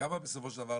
בסופו של דבר,